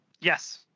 Yes